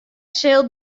sil